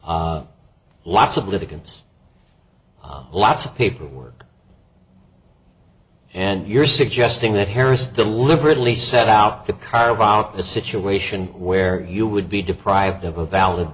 lots of litigants lots of paperwork and you're suggesting that harris deliberately set out to carve out a situation where you would be deprived of a valid